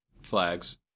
flags